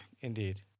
Indeed